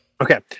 Okay